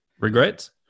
Regrets